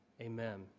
amen